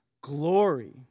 Glory